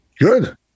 Good